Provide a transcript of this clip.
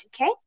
okay